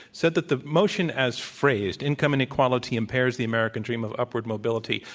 said that the motion as phrased, income inequality impairs the american dream of upward mobility,